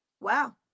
wow